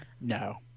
No